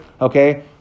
Okay